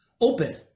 Open